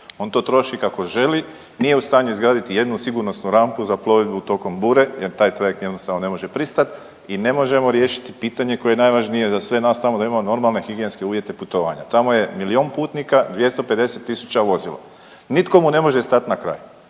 on to troši kako želi, nije u stanju izgraditi jednu sigurnosnu rampu za plovidbu tokom bure jer taj trajekt jednostavno ne može pristat i ne možemo riješiti pitanje koje je najvažnije za sve nas tamo da imamo normalne higijenske uvjete putovanja. Tamo je milijun putnika i 250.000 vozila, nitko mu ne može stat na kraj,